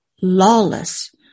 lawless